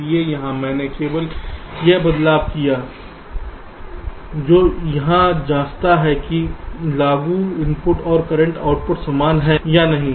इसलिए यहां मैंने केवल वह बदलाव किया है जो यह जांचता है कि लागू इनपुट और करंट आउटपुट समान हैं या नहीं